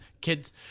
Kids